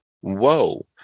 whoa